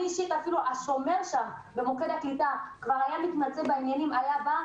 אפילו השומר במוקד הקליטה היה מתמצא בעניינים ובזמן